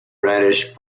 reddish